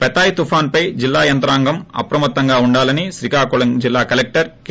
Phethai తుఫాన్ పై జిల్లా యంత్రాంగం అప్రమత్తంగా ఉండాలని శ్రీకాకుళం జిల్లా కలెక్టర్ కె